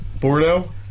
Bordeaux